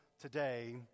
today